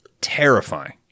terrifying